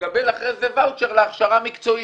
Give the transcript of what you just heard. תקבל אחרי זה ואוצ'ר להכשרה מקצועית.